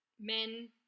men